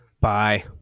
Bye